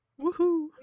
Woohoo